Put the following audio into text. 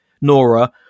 Nora